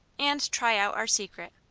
and try out our secret.